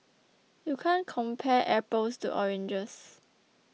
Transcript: you can't compare apples to oranges